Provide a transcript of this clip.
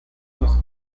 núñez